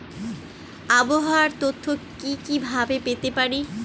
আবহাওয়ার তথ্য কি কি ভাবে পেতে পারি?